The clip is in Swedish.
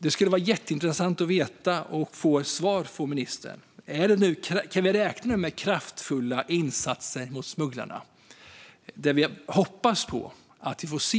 Det skulle vara jätteintressant att veta och att få ett svar från ministern. Kan vi nu räkna med kraftfulla insatser mot smugglarna? Det hoppas vi på att vi får se.